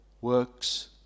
works